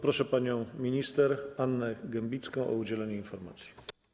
Proszę panią minister Annę Gembicką o udzielenie informacji.